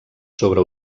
sobre